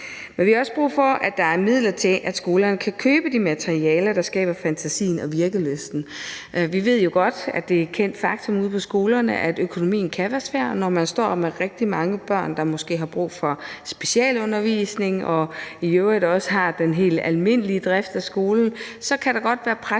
Men vi har også brug for, at der er midler til, at skolerne kan købe de materialer, der skaber fantasien og virkelysten. Vi ved jo godt, at det er et kendt faktum ude på skolerne, at økonomien kan være svær, når man står med rigtig mange børn, der måske har brug for specialundervisning, og når man i øvrigt også har den helt almindelige drift af skolen. Så kan der godt være pres